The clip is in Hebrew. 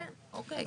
אוקיי.